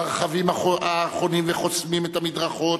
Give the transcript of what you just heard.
ברכבים החונים וחוסמים את המדרכות,